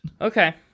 Okay